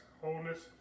wholeness